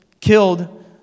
killed